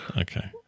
Okay